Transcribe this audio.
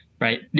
right